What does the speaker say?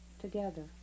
together